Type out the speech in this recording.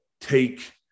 take –